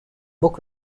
book